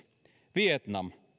vietnam